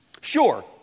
Sure